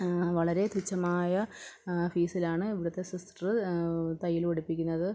വളരെ തുച്ഛമായ ഫീസിലാണ് ഇവിടുത്തെ സിസ്റ്റർ തയ്യൽ പഠിപ്പിക്കുന്നത്